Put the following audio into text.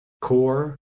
core